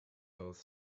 both